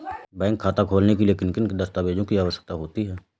Bank खाता खोलने के लिए किन दस्तावेजों की आवश्यकता होती है?